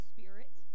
Spirit